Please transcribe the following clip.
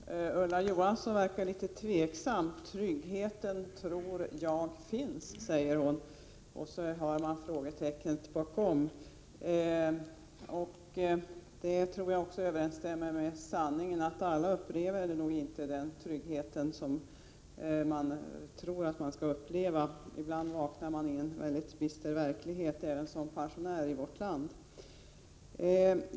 Fru talman! Ulla Johansson verkar litet tveksam. Tryggheten tror jag finns, sade hon, och man hörde frågetecknet bakom. Det tror jag också överensstämmer med verkligheten — alla upplever nog inte den trygghet som man tror skall finnas. Ibland vaknar man, även som pensionär i vårt land, upp i en mycket bister verklighet.